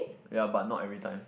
yea but not every time